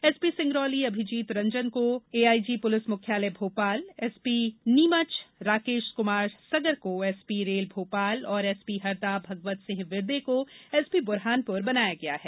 SP Singrauli Abhijeet Ranjan को AIG police मुख्यालय Bhopal SP Neemuch Rakesh Kumar Sagar को एसपी रेल भोपाल और एसपी हरदा भगवत सिंह विरदे को एसपी बुरहानपुर बनाया गया है